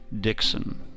Dixon